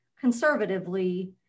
conservatively